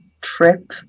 trip